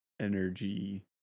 Energy